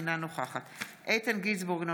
אינה נוכחת איתן גינזבורג,